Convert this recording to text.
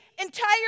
entire